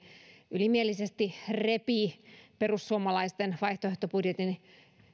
ylimielisesti repi perussuomalaisten vaihtoehtobudjetin